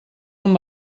amb